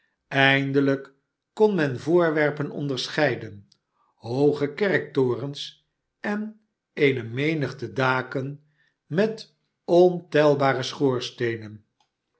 eindelijk kon men voorwerpen onderscheiden hooge kerktorens en eene menigte daken met ontelbare